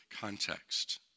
context